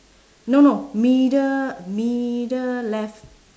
no no middle middle left